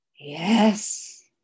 Yes